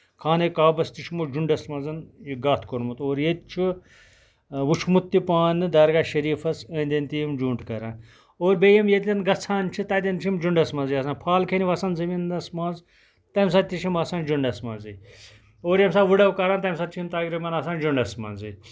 خانٕے کابَس تہِ چھُم جُنڈس منٛز یہِ گَتھ کوٚرمُت اور ییٚتہِ چھُ وُچھمُت تہِ پانہٕ درگاہ شٔریٖفَس أندۍ أندۍ تہِ یِم جُنٛڑ کران اور بیٚیہِ یِم ییٚتین گژھان چھِ تَتین چھِ یِم جُنڈس منٛزٕے آسان پھل کیٚنیِ وَسان زٔمیٖنَس منٛز تَمہِ ساتہٕ تہِ چھِ یِم آسان جُنڈس منٛزٕے اور ییٚمہِ ساتہٕ ؤڈو کران تَمہِ ساتہٕ چھِ یِم تَقریٖبَن آسان جُنڈس منٛزٕے